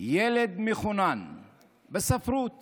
ילד מחונן בספרות